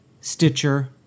Stitcher